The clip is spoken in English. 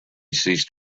ceased